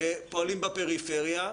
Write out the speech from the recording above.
שפועלים בפריפריה,